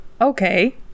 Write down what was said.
okay